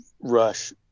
rush